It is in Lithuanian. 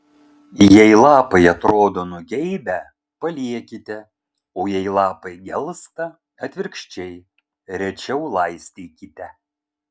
jei lapai atrodo nugeibę paliekite o jei lapai gelsta atvirkščiai rečiau laistykite